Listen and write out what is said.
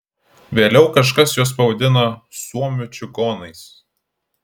vėliau kažkas juos pavadina suomių čigonais